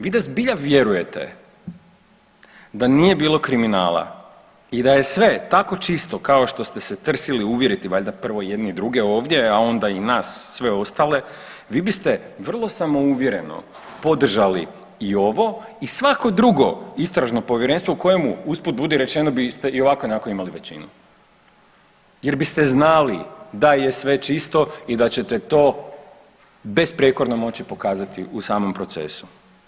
Vi da zbilja vjerujete da nije bilo kriminala i da je sve tako čisto kao što ste se trsili uvjeriti valjda prvo jedni druge ovdje, a onda i nas sve ostale, vi biste vrlo samouvjereno podržali i ovo i svako drugo istražno povjerenstvo u kojemu usput budi rečeno biste i ovako i onako imali većinu jer biste znali da je sve čisto i da ćete to besprijekorno moći pokazati u samom procesu.